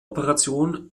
operation